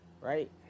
right